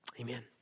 Amen